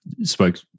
spoke